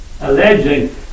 alleging